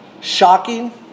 Shocking